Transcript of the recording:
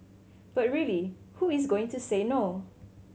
but really who is going to say no